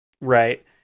Right